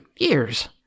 years